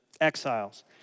exiles